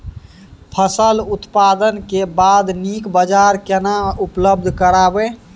फसल उत्पादन के बाद नीक बाजार केना उपलब्ध कराबै?